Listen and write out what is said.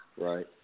right